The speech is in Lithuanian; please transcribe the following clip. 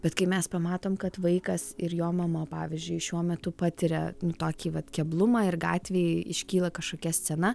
bet kai mes pamatom kad vaikas ir jo mama pavyzdžiui šiuo metu patiria tokį vat keblumą ir gatvėj iškyla kažkokia scena